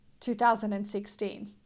2016